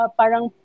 parang